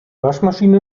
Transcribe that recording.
waschmaschine